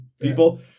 people